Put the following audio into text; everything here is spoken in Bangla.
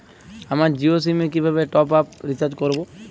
আমার জিও সিম এ কিভাবে টপ আপ রিচার্জ করবো?